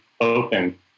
open